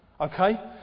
Okay